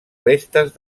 restes